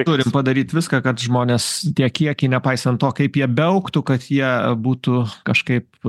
turim padaryt viską kad žmonės tie kiekiai nepaisant to kaip jie beaugtų kad jie būtų kažkaip